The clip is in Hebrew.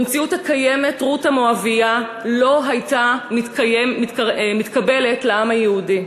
במציאות הקיימת רות המואבייה לא הייתה מתקבלת לעם היהודי.